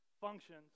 functions